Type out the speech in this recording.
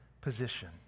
position